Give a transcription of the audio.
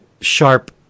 sharp